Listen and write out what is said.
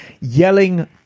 yelling